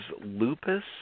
lupus